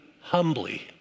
Humbly